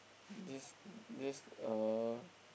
this this uh